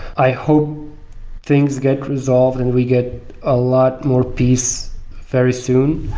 i hope things get resolved and we get a lot more peace very soon.